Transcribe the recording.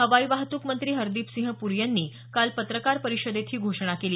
हवाई वाहतूक मंत्री हरदीपसिंह प्री यांनी काल पत्रकार परिषदेत ही घोषणा केली